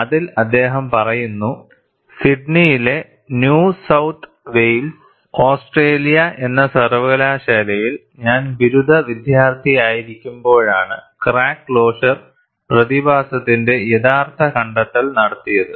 അതിൽ അദ്ദേഹം പറയുന്നു സിഡ്നിയിലെ ന്യൂ സൌത്ത് വെയിൽസ് ഓസ്ട്രേലിയ എന്ന സർവകലാശാലയിൽ ഞാൻ ബിരുദ വിദ്യാർത്ഥിയായിരിക്കുമ്പോഴാണ് ക്രാക്ക് ക്ലോഷർ പ്രതിഭാസത്തിന്റെ യഥാർത്ഥ കണ്ടെത്തൽ നടത്തിയത്